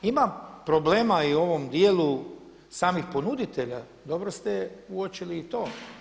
Ima problema i u ovom djelu samih ponuditelja, dobro ste uočili i to.